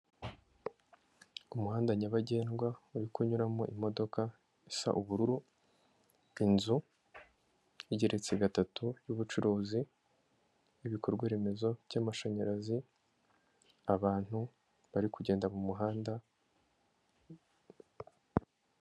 Umuhanda nyabagendwa uri kunyuramo imodoka isa ubururu, inzu igeretse gatatu y'ubucuruzi n'ibikorwaremezo by'amashanyarazi, abantu bari kugenda mu muhanda.